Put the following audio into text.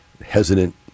hesitant